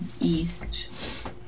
East